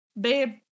babe